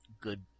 good